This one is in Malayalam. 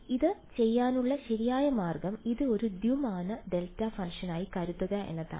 അതിനാൽ ഇത് ചെയ്യാനുള്ള ശരിയായ മാർഗം ഇത് ഒരു ദ്വിമാന ഡെൽറ്റ ഫംഗ്ഷനായി കരുതുക എന്നതാണ്